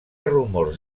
rumors